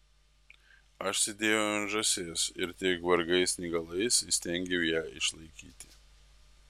aš sėdėjau ant žąsies ir tik vargais negalais įstengiau ją išlaikyti